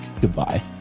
Goodbye